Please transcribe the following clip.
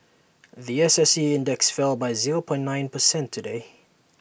The S S E index fell by zero point nine percent today